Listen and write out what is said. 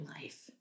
life